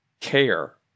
Care